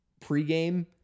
pregame